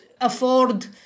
afford